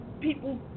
people